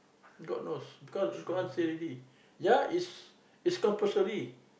god knows cause in Quran say already ya it's it's compulsory